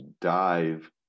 dive